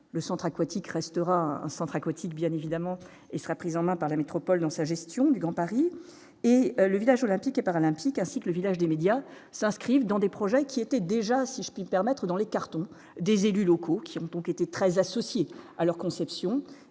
le centre aquatique restera un centre aquatique, bien évidemment, et sera prise en main par la métropole dans sa gestion du Grand Paris et le village olympique et paralympique, ainsi que le village des médias s'inscrivent dans des projets qui étaient déjà si je puis permettre dans les cartons des élus locaux qui ont ont été très associé à leur conception